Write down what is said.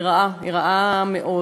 היא רעה, היא רעה מאוד.